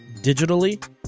digitally